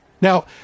Now